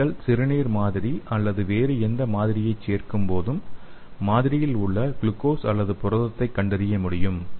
நீங்கள் சிறுநீர் மாதிரி அல்லது வேறு எந்த மாதிரியைச் சேர்க்கும்போது மாதிரியிலும் உள்ள குளுக்கோஸ் அல்லது புரதத்தைக் கண்டறிய முடியும்